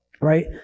right